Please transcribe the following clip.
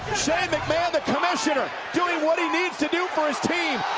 shane mcmahon, the commissioner doing what he needs to do for his team.